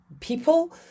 people